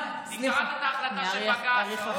מתוך הבנה, גברתי, אני אחכה.